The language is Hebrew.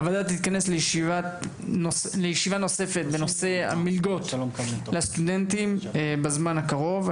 הוועדה תתכנס לישיבת נוספת בנושא מלגות לסטודנטים בזמן הקרוב.